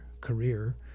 career